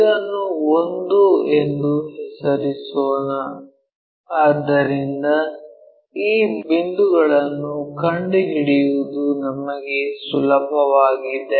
ಇದನ್ನು 1 ಎಂದು ಹೆಸರಿಸೋಣ ಆದ್ದರಿಂದ ಈ ಬಿಂದುಗಳನ್ನು ಕಂಡುಹಿಡಿಯುವುದು ನಮಗೆ ಸುಲಭವಾಗಿದೆ